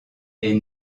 est